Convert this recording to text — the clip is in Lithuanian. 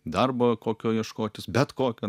darbo kokio ieškotis bet kokio